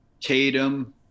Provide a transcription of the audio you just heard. Tatum